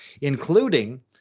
including